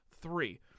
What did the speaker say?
Three